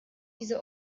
diese